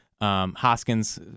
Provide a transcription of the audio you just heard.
Hoskins